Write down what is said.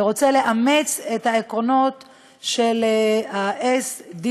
רוצה לאמץ את העקרונות של ה-SDGs,